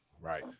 right